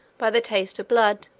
by the taste of blood,